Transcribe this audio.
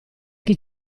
chi